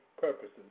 purposes